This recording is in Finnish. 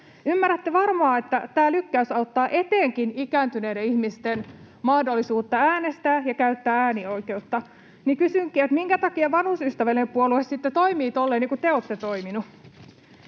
Ymmärrätte varmaan, että tämä lykkäys auttaa etenkin ikääntyneiden ihmisten mahdollisuuteen äänestää ja käyttää äänioikeutta. Kysynkin: minkä takia vanhusystävällinen puolue sitten toimii niin kuin te olette toimineet?